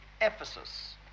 Ephesus